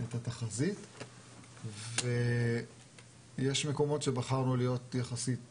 את התחזית ויש מקומות שבחרנו להיות יחסית שמרנים,